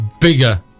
bigger